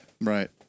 right